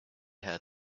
her